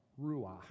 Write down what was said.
ruach